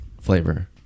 flavor